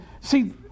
see